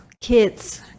kids